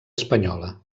espanyola